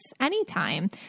anytime